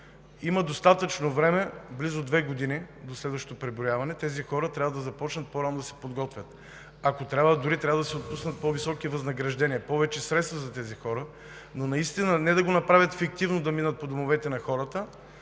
Има достатъчно време – близо две години, до следващото преброяване. Тези хора трябва да започнат по-рано да се подготвят, ако трябва дори да се отпуснат по-високи възнаграждения, повече средства за тях, но не да го направят фиктивно и да минат по домовете на хората,